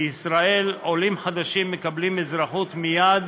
בישראל עולים חדשים מקבלים אזרחות מייד